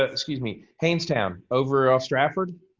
ah excuse me, hanes town over ah stratford